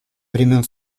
времен